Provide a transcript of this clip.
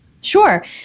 Sure